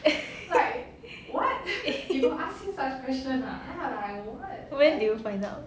when did you find out